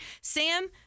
Sam